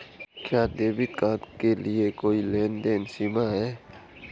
क्या debit card के लिए कोई लेनदेन सीमा है?